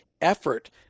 effort